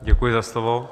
Děkuji za slovo.